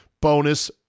bonus